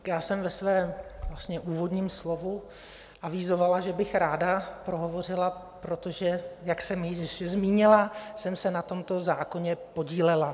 Já jsem ve svém úvodním slovu avizovala, že bych ráda prohovořila, protože jak jsem již zmínila jsem se na tomto zákoně podílela.